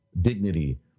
dignity